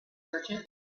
merchant